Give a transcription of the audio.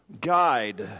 Guide